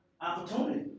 opportunity